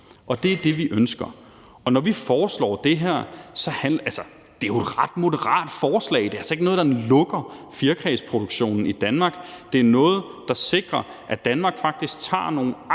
og det er det, vi ønsker. Det her forslag er et ret moderat forslag; det er altså ikke noget, der lukker fjerkræproduktionen i Danmark. Det er noget, der sikrer, at Danmark faktisk tager nogle aktive